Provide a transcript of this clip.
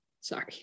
Sorry